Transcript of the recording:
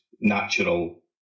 natural